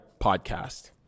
Podcast